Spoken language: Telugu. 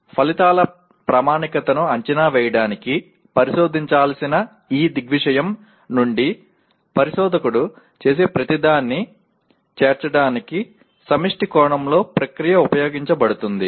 ఫలితాల ప్రామాణికతను అంచనా వేయడానికి పరిశోధించాల్సిన ఈ దృగ్విషయం నుండి పరిశోధకుడు చేసే ప్రతి దాన్ని చేర్చడానికి సమిష్టి కోణంలో ప్రక్రియ ఉపయోగించబడుతుంది